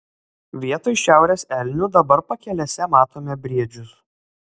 vietoj šiaurės elnių dabar pakelėse matome briedžius